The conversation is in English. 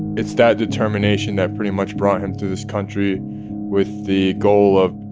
it's that determination that pretty much brought him to this country with the goal of,